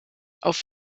auf